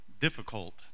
difficult